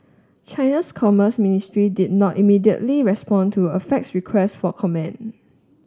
China's commerce ministry did not immediately respond to a faxed request for comment